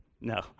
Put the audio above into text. No